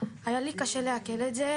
היה לי קשה לעכל את זה,